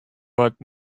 but